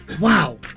Wow